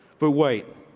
but wait,